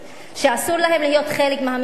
שאסור להם להיות חלק מהממסד,